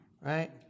Right